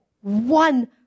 one